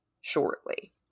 shortly